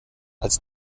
als